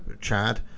Chad